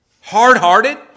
Hard-hearted